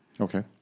Okay